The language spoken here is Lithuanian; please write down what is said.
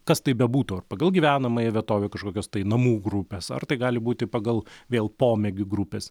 kas tai bebūtų ar pagal gyvenamąją vietovę kažkokios tai namų grupės ar tai gali būti pagal vėl pomėgių grupės